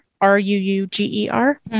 R-U-U-G-E-R